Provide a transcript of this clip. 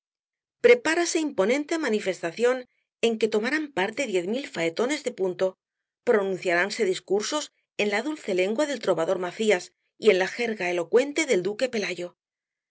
prepárase imponente manifestación en que tomarán parte diez mil faetontes de punto pronunciáranse discursos en la dulce lengua del trovador macías y en la jerga elocuente del duque pelayo